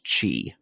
chi